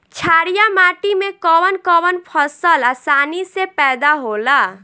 छारिया माटी मे कवन कवन फसल आसानी से पैदा होला?